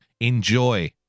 enjoy